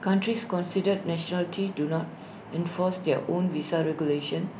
countries considered nationality do not enforce their own visa regulations